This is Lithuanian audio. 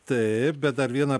taip bet dar viena